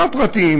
לא הפרטיים,